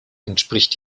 entspricht